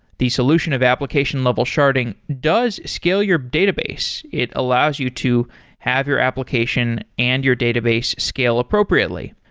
the solution of application level sharding does scale your database. it allows you to have your application and your database scale appropriately.